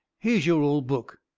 here's your old book.